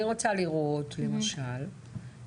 אני רוצה לראות למשל,